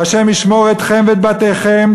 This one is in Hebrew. ה' ישמור אתכם ואת בתיכם,